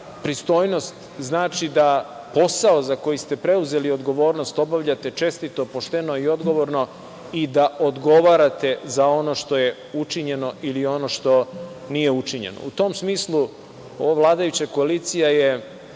pristojnost znači da posao za koji ste preuzeli odgovornost obavljate čestito, pošteno i odgovorno i da odgovarate za ono što je učinjeno ili ono što nije učinjeno. U tom smislu ova vladajuća koalicija je